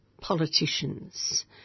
politicians